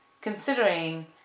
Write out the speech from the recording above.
considering